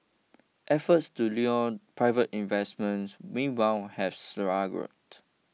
efforts to lure private investment meanwhile have struggled